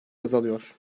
azalıyor